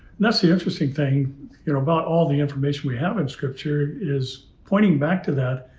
that's the interesting thing you know about all the information we have in scripture is pointing back to that.